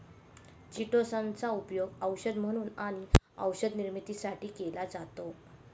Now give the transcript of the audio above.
chitosan चा उपयोग औषध म्हणून आणि औषध निर्मितीसाठी केला जातो